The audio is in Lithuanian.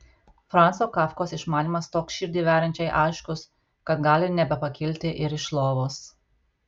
franco kafkos išmanymas toks širdį veriančiai aiškus kad gali nebepakilti ir iš lovos